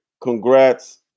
Congrats